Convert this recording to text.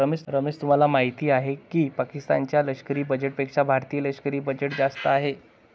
रमेश तुम्हाला माहिती आहे की पाकिस्तान च्या लष्करी बजेटपेक्षा भारतीय लष्करी बजेट जास्त आहे